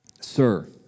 sir